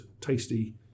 tasty